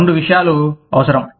రెండు విషయాలు అవసరం